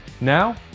Now